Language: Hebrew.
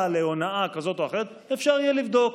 להונאה כזאת או אחרת אפשר יהיה לבדוק.